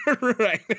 Right